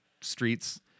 streets